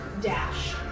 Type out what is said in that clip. dash